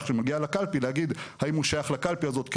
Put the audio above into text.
שמגיע לקלפי להגיד האם הוא שייך לקלפי הזאת כן,